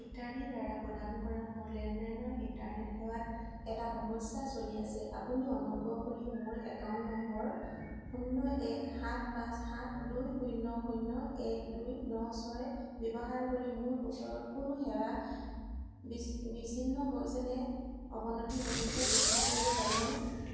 ইত্যাদিৰদ্বাৰা প্ৰদান কৰা মোৰ লেণ্ডলাইনৰ ইণ্টাৰনেট সেৱাত এটা সমস্যা চলি আছে আপুনি অনুগ্ৰহ কৰি মোৰ একাউণ্ট নম্বৰ শূন্য এক সাত পাঁচ সাত দুই শূন্য শূন্য এক দুই ন ছয় ব্যৱহাৰ কৰি মোৰ ওচৰত কোনো সেৱা বিছিন্ন হৈছে নে অৱনতি ঘটিছে পৰীক্ষা কৰিব পাৰিবনে